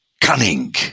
cunning